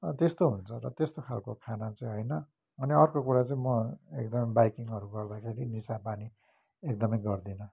त्यस्तो हुन्छ र त्यस्तो खालको खाना चाहिँ होइन अनि अर्को कुरा चाहिँ म एकदम बाइकिङहरू गर्दाखेरि निशा पानी एकदमै गर्दिन